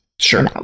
Sure